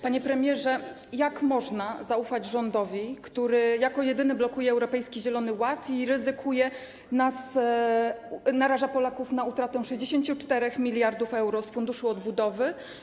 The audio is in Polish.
Panie premierze, jak można zaufać rządowi, który jako jedyny blokuje Europejski Zielony Ład, który ryzykuje, naraża Polaków na utratę 64 mld euro z funduszu odbudowy?